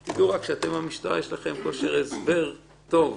לכם, המשטרה, יש כושר הסבר טוב.